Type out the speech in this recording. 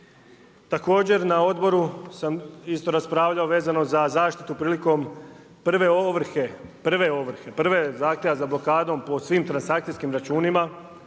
Također, na odboru sam isto raspravljao vezano za zaštitom prilikom prve ovrhe. Prve ovrhe, prve zahtjeva za blokadom pod svim transakcijskim računima,